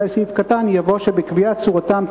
בסעיף 31 אחרי סעיף קטן (ב) יבוא: בקביעת צורתם,